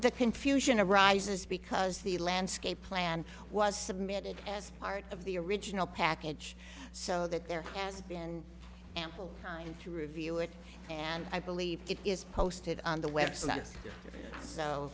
the confusion arises because the landscape plan was submitted as part of the original package so that there has been ample time to review it and i believe it is posted on the